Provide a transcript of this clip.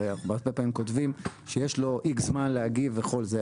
הרי הרבה פעמים כותבים שיש לו X זמן להגיב וכל זה,